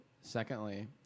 Secondly